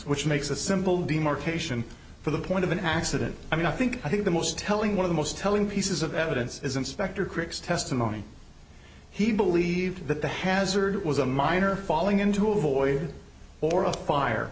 which makes a simple demarcation for the point of an accident i mean i think i think the most telling one of the most telling pieces of evidence is inspector cricks testimony he believed that the hazard was a minor falling into a void or a fire